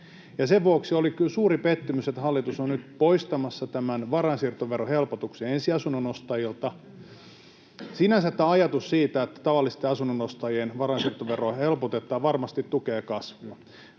Sen vuoksi oli kyllä suuri pettymys, että hallitus on nyt poistamassa varainsiirtoverohelpotuksen ensiasunnon ostajilta. Sinänsä ajatus siitä, että tavallisten asunnonostajien varainsiirtoveroa helpotetaan, varmasti tukee kasvua.